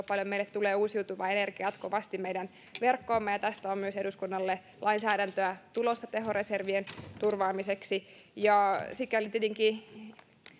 paljon meille tulee uusiutuvaa energiaa jatkuvasti meidän verkkoomme ja tästä on myös eduskunnalle lainsäädäntöä tulossa tehoreservien turvaamiseksi ja sikäli tietenkin